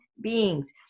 beings